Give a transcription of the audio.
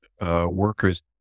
workers